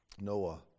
Noah